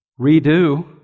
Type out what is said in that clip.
redo